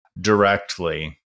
directly